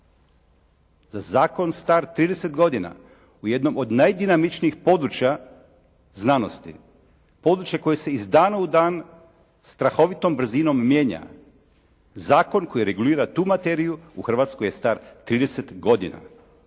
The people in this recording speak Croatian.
za zakon star trideset godina u jednom od najdinamičnijih područja znanosti, područja koje se iz dana u dan strahovitom brzinom mijenja. Zakon koji regulira tu materiju u Hrvatskoj je star trideset godina.